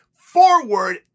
forward